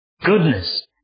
Goodness